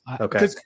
Okay